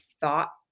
thought